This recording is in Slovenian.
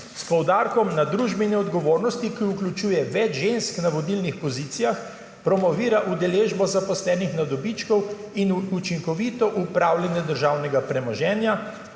poudarkom na družbeni odgovornosti, ki vključuje več ženske na vodilnih pozicijah, promovira udeležbo zaposlenih na dobičku in učinkovito upravljanje državnega premoženja